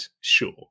sure